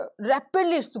rapidly